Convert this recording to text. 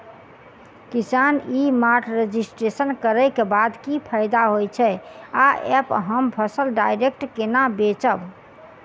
किसान e mart registration करै केँ बाद की फायदा होइ छै आ ऐप हम फसल डायरेक्ट केना बेचब?